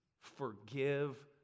forgive